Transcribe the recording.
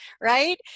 right